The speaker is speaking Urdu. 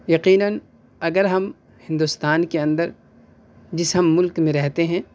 یقیناً اگر ہم ہندوستان کے اندر جس ہم مُلک میں رہتے ہیں